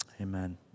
amen